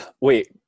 wait